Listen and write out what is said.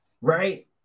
right